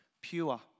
Pure